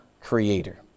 Creator